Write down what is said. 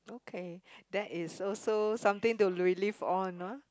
okay that is also something to relieve on ah